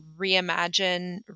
reimagine